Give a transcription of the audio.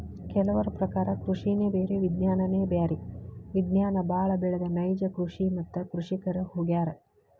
ಕೆಲವರ ಪ್ರಕಾರ ಕೃಷಿನೆ ಬೇರೆ ವಿಜ್ಞಾನನೆ ಬ್ಯಾರೆ ವಿಜ್ಞಾನ ಬಾಳ ಬೆಳದ ನೈಜ ಕೃಷಿ ಮತ್ತ ಕೃಷಿಕರ ಹೊಗ್ಯಾರ